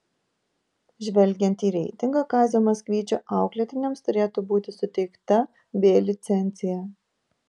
žvelgiant į reitingą kazio maksvyčio auklėtiniams turėtų būti suteikta b licencija